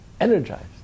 energized